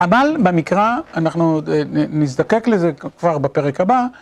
אבל במקרא, אנחנו נזדקק לזה כבר בפרק הבא.